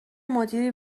مدیری